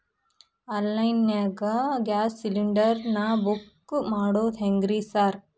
Online ನಾಗ gas cylinder ನಾ book ಮಾಡೋದ್ ಹೆಂಗ್ರಿ ಸಾರ್?